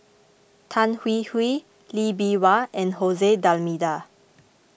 Tan Hwee Hwee Lee Bee Wah and Jose D'Almeida